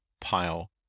pile